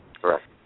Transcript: Correct